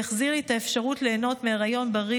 שהחזיר לי את האפשרות ליהנות מהיריון בריא